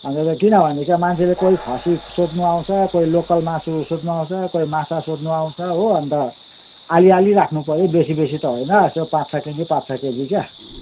अब किनभनेदेखि मान्छेले कोही खसी सोध्नु आउँछ कोही लोकल मासु सोध्नु आउँछ कोही माछा सोध्नु आउँछ हो अन्त अलिअलि राख्नु पऱ्यो बेसी बेसी त होइन त्यो पाँच छ केजी पाँच छ केजी क्या